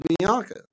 Bianca